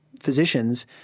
physicians